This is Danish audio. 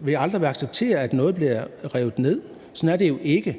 vil acceptere, at noget bliver revet ned. Sådan er det jo ikke,